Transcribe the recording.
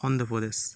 Andhra Pradesh